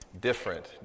different